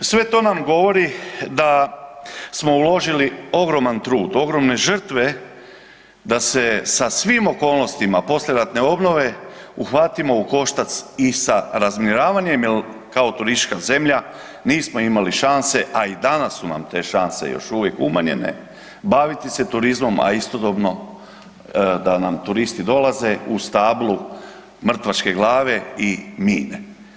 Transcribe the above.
I sve to nam govori da smo uložili ogroman trud, ogromne žrtve da se sa svim okolnostima poslijeratne obnove uhvatimo i u koštac i sa razminiravanjem jer kao turistička zemlja nismo imali šanse, a i danas su nam te šanse još uvijek umanjenje baviti se turizmom, a istodobno da nam turisti dolaze u stablu mrtvačke glave i mine.